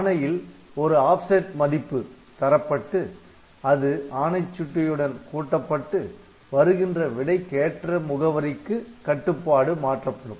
ஆணையில் ஒரு ஆப்செட் மதிப்பு Offset விலக்கம் தரப்பட்டு அது ஆணை சுட்டி உடன் கூட்டப்பட்டு வருகின்ற விடைக்கேற்ற முகவரிக்கு கட்டுப்பாடு மாற்றப்படும்